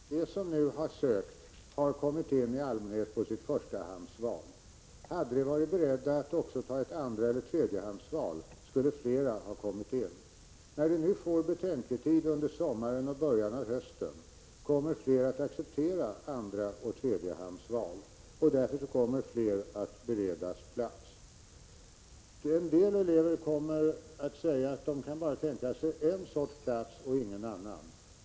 Fru talman! De som nu har sökt har i allmänhet kommit in på sitt förstahandsval. Hade de varit beredda att också acceptera ett andraeller tredjehandsval skulle flera ha kommit in. När de nu får betänketid under sommaren och början av hösten kommer fler att acceptera andraoch tredjehandsval. Därför kommer fler att beredas plats. En del elever kommer att säga att de bara kan tänka sig ett slags plats och ingen annan.